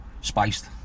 spiced